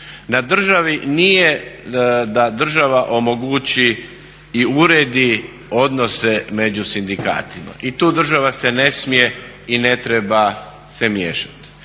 Na državi nije da država omogući i uredi odnose među sindikatima. I tu država se ne smije i ne treba se miješati.